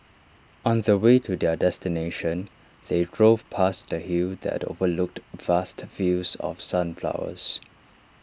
on the way to their destination they drove past A hill that overlooked vast fields of sunflowers